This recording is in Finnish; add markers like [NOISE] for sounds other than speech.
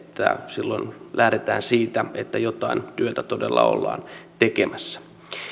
silloin lähdetään siitä että jotain [UNINTELLIGIBLE] työtä todella ollaan tekemässä